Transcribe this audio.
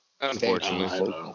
Unfortunately